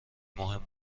مهم